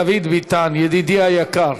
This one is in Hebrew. דוד ביטן, ידידי היקר.